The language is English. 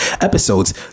episodes